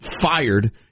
fired